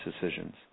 decisions